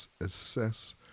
assess